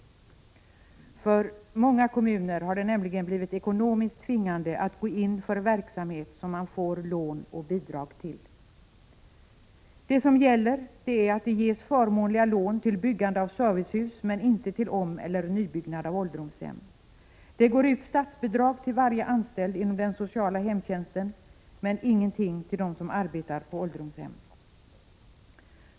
För många kommuner har det nämligen blivit ekonomiskt tvingande att gå in för verksamhet som man får lån och bidrag till. Det som gäller är att det ges förmånliga lån till byggande av servicehus men inte till omeller nybyggnad av ålderdomshem. Det utgår statsbidrag till varje anställd inom den sociala hemtjänsten men ingenting till dem som arbetar på ålderdomshem.